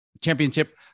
championship